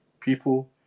people